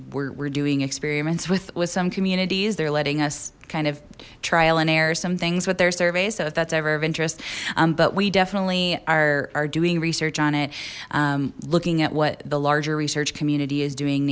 know we're doing experiments with with some communities they're letting us kind of trial and error some things with their surveys so if that's ever of interest but we definitely are doing research on it looking at what the larger research community is doing